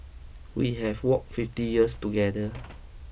we have walked fifty years together